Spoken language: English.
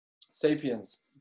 Sapiens